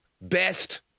Best